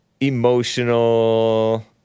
emotional